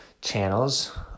channels